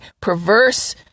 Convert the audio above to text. perverse